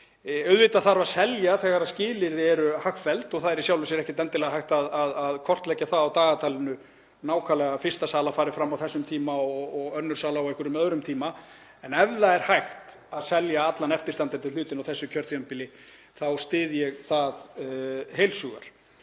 Auðvitað þarf að selja þegar skilyrði eru hagfelld og það er í sjálfu sér ekkert endilega hægt að kortleggja það á dagatalinu nákvæmlega að fyrsta sala fari fram á þessum tíma og önnur sala á einhverjum öðrum tíma. En ef það er hægt að selja allan eftirstandandi hlutinn á þessu kjörtímabili þá styð ég það heils hugar.